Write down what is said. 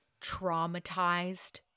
traumatized